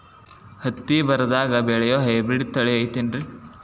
ಹತ್ತಿ ಬರದಾಗ ಬೆಳೆಯೋ ಹೈಬ್ರಿಡ್ ತಳಿ ಐತಿ ಏನ್ರಿ?